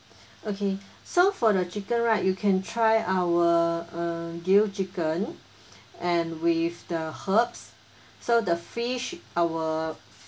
okay so for the chicken right you can try our uh dill chicken and with the herbs so the fish our